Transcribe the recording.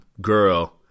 girl